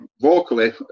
vocally